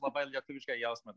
labai lietuvišką jausmą